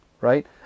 right